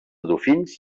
dofins